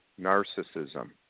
narcissism